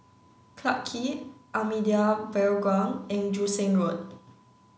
Clarke Quay Ahmadiyya Burial Ground and Joo Seng Road